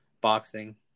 boxing